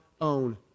own